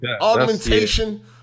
augmentation